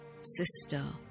sister